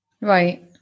Right